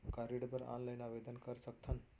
का ऋण बर ऑफलाइन आवेदन कर सकथन?